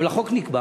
אבל החוק נקבע.